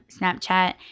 Snapchat